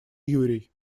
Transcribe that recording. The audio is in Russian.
юрий